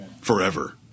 forever